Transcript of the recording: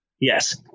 yes